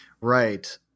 Right